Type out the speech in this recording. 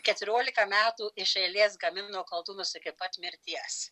keturiolika metų iš eilės gamino koldūnus iki pat mirties